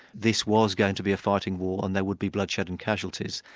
this was going to be a fighting war and there would be bloodshed and casualties.